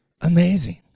amazing